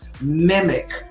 mimic